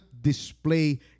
display